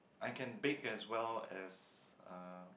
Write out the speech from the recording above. I can bake as well as uh